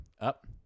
up